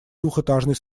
двухэтажный